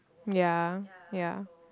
ya ya